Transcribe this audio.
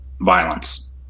violence